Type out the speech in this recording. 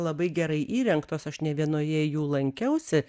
labai gerai įrengtos aš ne vienoje jų lankiausi